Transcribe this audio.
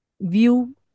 view